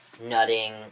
nutting